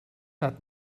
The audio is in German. hat